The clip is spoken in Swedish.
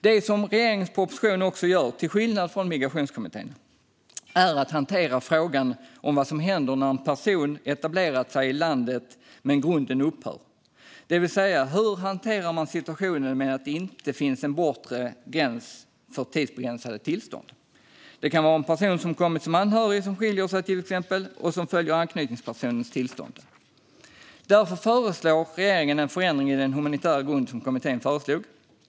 Det som regeringens proposition också gör, till skillnad från Migrationskommitténs förslag, är att hantera frågan om vad som händer när en person har etablerat sig i landet men grunden upphör, det vill säga hur man hanterar situationen med att det inte finns en bortre gräns för tidsbegränsade tillstånd. Det kan till exempel handla om en person som kommit som anhörig men som skiljer sig och som följer anknytningspersonens tillstånd. Därför föreslår regeringen en förändring i den humanitära grund som kommittén föreslog.